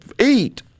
eat